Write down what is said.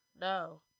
No